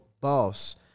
boss